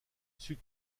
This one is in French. sud